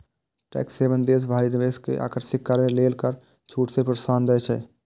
tax haven देश बाहरी निवेश कें आकर्षित करै लेल कर छूट कें प्रोत्साहन दै छै